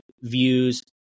views